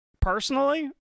personally